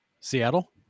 Seattle